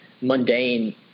mundane